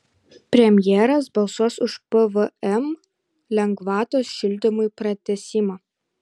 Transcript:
premjeras balsuos už pvm lengvatos šildymui pratęsimą